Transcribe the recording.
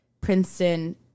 Princeton